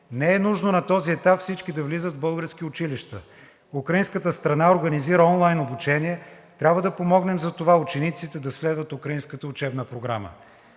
Не е нужно на този етап всички да влизат в българските училища – украинската страна организира онлайн обучение, трябва да помогнем за това учениците да следват украинската учебна програма.